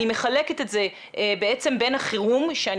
אני מחלקת את זה בעצם בין החירום שאני